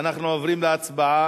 אנחנו עוברים להצבעה.